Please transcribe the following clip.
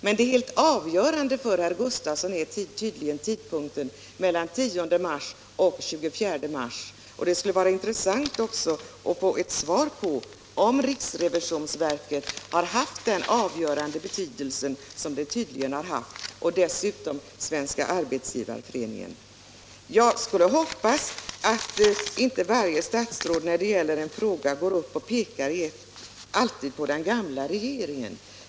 Men det helt avgörande för herr Gustavsson är tydligen tiden mellan den 10 och den 24 mars. Det skulle vara intressant att få ett svar på frågan huruvida riksrevisionsverket har haft den avgörande betydelse som det här verkar — alltså vid sidan om Svenska arbetsgivareföreningen. Likaså skulle jag gärna se att inte alla statsråd vid besvarandet av frågor ständigt hänvisar till den gamla regeringen.